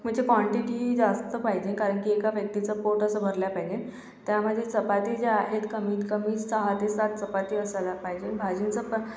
म्हणजे क्वांटिटी जास्त पाहिजे कारण की एका व्यक्तीचं पोट असं भरलं पाहिजे त्यामध्ये चपाती ज्या आहेत कमीतकमी सहा ते सात चपाती असायला पाहिजेत भाजीचं पण